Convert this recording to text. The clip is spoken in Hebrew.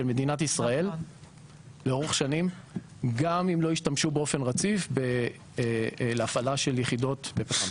מדינת ישראל לאורך שנים גם אם לא ישתמשו באופן רציף להפעלה של יחידות.